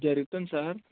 జరుగుతుంది సార్